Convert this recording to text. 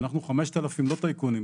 אנחנו 5,000 לא טייקונים,